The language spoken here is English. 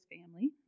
family